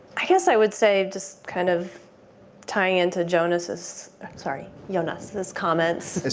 i guess i would say just kind of tying into jonas's sorry, jonas's comments,